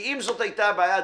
כי אם זאת הייתה בעיה,